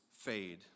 fade